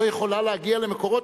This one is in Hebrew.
אני לא יכולה להגיע למקורות,